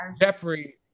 Jeffrey